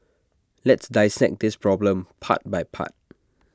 let's dissect this problem part by part